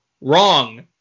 wrong